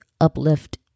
uplift